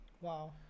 Wow